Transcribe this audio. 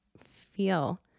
feel